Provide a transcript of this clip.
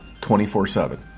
24-7